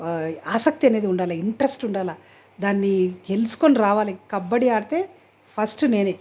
ఆసక్తి అనేది ఉండాలి ఇంట్రెస్ట్ ఉండాలి దాన్ని గెలుచుకొని రావాలి కబడ్డీ ఆడితే ఫస్ట్ నేనే